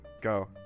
Go